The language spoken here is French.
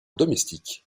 domestique